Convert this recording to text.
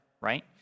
right